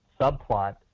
subplot